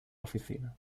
oficina